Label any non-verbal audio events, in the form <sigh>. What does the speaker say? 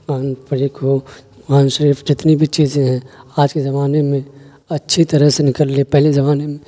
<unintelligible> ہو مان شریف جتنی بھی چیزیں ہیں آج کے زمانے میں اچھی طرح سے نکل رہی پہلے زمانے میں